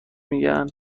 میگن